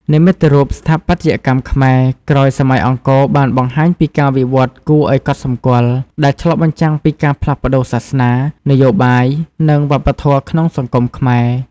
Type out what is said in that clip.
និមិត្តរូបស្ថាបត្យកម្មខ្មែរក្រោយសម័យអង្គរបានបង្ហាញពីការវិវឌ្ឍគួរឱ្យកត់សម្គាល់ ដែលឆ្លុះបញ្ចាំងពីការផ្លាស់ប្តូរសាសនា នយោបាយ និងវប្បធម៌ក្នុងសង្គមខ្មែរ។